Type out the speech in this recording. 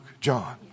John